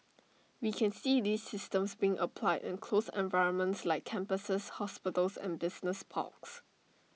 we can see these systems been applied in closed environments like campuses hospitals and business parks